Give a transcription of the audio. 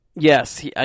Yes